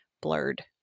blurred